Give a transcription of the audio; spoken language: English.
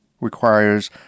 requires